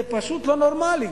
זה פשוט לא נורמלי.